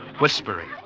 whispering